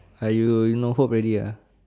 !aiyo! you you no hope already uh